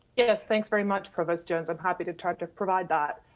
yes, thanks very much, provost jones. i'm happy to try to provide that.